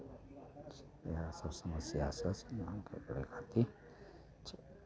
इएहसभ समस्या से समाधान करय खातिर